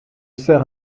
sers